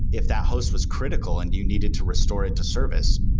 if that host was critical and you needed to restore it to service,